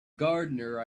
gardener